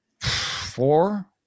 four